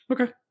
Okay